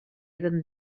eren